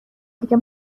دیگه